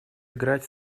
играть